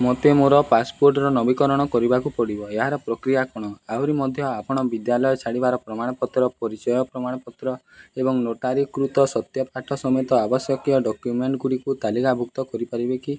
ମୋତେ ମୋର ପାସପୋର୍ଟର ନବୀକରଣ କରିବାକୁ ପଡ଼ିବ ଏହାର ପ୍ରକ୍ରିୟା କ'ଣ ଆହୁରି ମଧ୍ୟ ଆପଣ ବିଦ୍ୟାଳୟ ଛାଡ଼ିବାର ପ୍ରମାଣପତ୍ର ପରିଚୟ ପ୍ରମାଣପତ୍ର ଏବଂ ନୋଟାରୀକୃତ ସତ୍ୟ ପାଠ ସମେତ ଆବଶ୍ୟକ ଡକ୍ୟୁମେଣ୍ଟ ଗୁଡ଼ିକୁ ତାଲିକାଭୁକ୍ତ କରିପାରିବେ କି